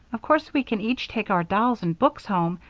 of course we can each take our dolls and books home,